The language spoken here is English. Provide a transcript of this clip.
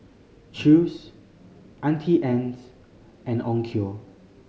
Chew's Auntie Anne's and Onkyo